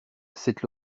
cette